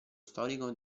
storico